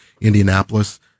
Indianapolis